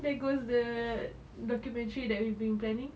there goes the documentary that we've been planning